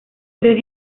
tres